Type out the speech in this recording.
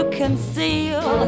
conceal